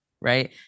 right